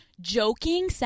joking